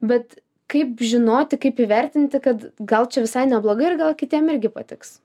bet kaip žinoti kaip įvertinti kad gal čia visai neblogai ir gal kitiem irgi patiks